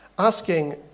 Asking